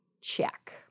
check